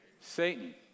Satan